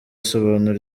asobanura